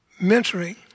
mentoring